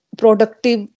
productive